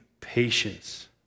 patience